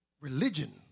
Religion